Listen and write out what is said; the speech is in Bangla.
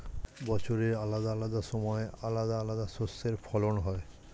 বছরের আলাদা আলাদা সময় আলাদা আলাদা শস্যের ফলন হয়